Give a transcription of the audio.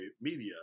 media